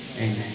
Amen